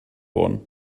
wurden